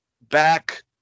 back